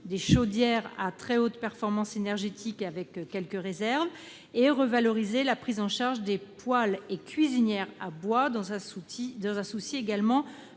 des chaudières à très haute performance énergétique- avec quelques réserves -et la revalorisation de la prise en charge des poêles et cuisinières à bois dans un souci de